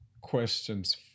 questions